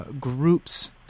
groups